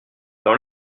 dans